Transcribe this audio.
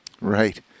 Right